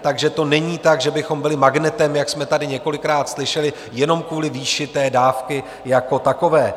Takže to není tak, že bychom byli magnetem, jak jsme tady několikrát slyšeli, jenom kvůli výši té dávky jako takové.